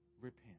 Repent